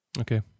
Okay